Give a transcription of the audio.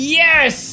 yes